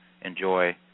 enjoy